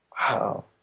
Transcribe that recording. Wow